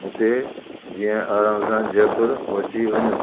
हुते जीअं आराम सां जयपुर पहुची वञूं